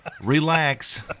Relax